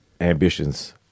ambitions